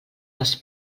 les